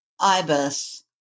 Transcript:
IBIS